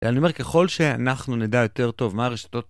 אני אומר, ככל שאנחנו נדע יותר טוב מה הרשתות...